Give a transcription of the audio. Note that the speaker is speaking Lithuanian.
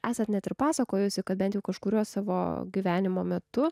esat net ir pasakojusi kad bent jau kažkuriuo savo gyvenimo metu